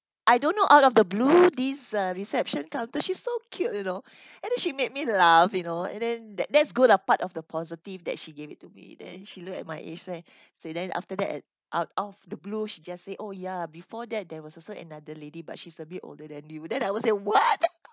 I don't know out of the blue this uh reception counter she's so cute you know and then she made me laugh you know and then that that's good lah part of the positive that she gave it to me then she look at my age then so then after that at out of the blue she just say oh ya before that there was also another lady but she's a bit older than you then I was say what